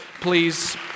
please